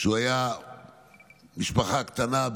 הוא היה ממשפחה קטנה,